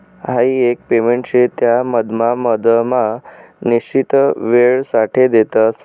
हाई एक पेमेंट शे त्या मधमा मधमा निश्चित वेळसाठे देतस